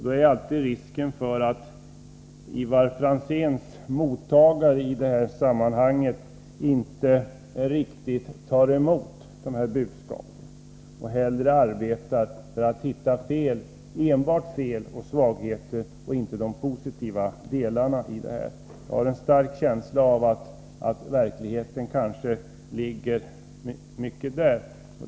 Då är alltid risken att Ivar Franzéns mottagare inte riktigt tar emot de här budskapen utan hellre arbetar för att hitta enbart fel och svagheter och inte de positiva delarna. Jag har en stark känsla av att verkligheten kan ligga där.